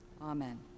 Amen